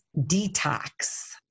detox